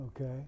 Okay